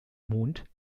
mond